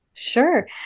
Sure